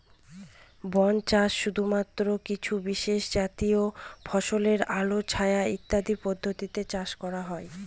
বন চাষে শুধুমাত্র কিছু বিশেষজাতীয় ফসলই আলো ছায়া ইত্যাদি পদ্ধতিতে চাষ করা হয়